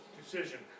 decision